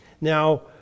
Now